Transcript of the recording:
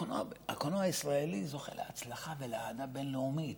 הקולנוע הישראלי זוכה להצלחה ולאהדה בין-לאומית.